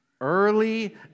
Early